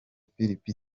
philbert